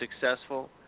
successful